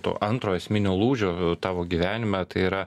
to antro esminio lūžio tavo gyvenime tai yra